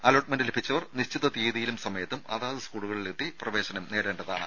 allotment ലഭിച്ചവർ നിശ്ചിത തീയതിയിലും സമയത്തും അതാത് സ്കൂളുകളിൽ എത്തി പ്രവേശനം നേടേണ്ടതാണ്